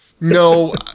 no